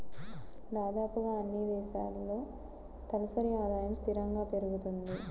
దాదాపుగా అన్నీ దేశాల్లో తలసరి ఆదాయము స్థిరంగా పెరుగుతుంది